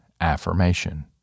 affirmation